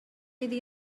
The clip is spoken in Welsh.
iddi